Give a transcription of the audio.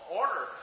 order